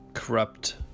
Corrupt